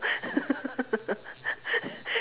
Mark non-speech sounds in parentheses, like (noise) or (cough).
(laughs)